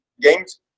games